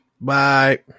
Bye